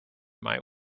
might